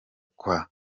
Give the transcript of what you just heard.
kwa